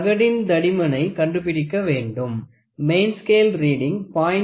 தகடின் தடிமனை கண்டுபிடிக்க வேண்டும் மெயின் ஸ்கேல் ரீடிங் 0